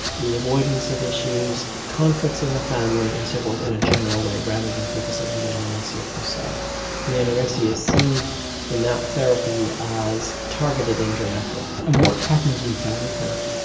the avoidance of issues, conflicts in the family and so forth in a general way rather than focusing on the anorexia per se. and the anorexia is seen in that therapy as targeted indirectly. and what happens in family therapy?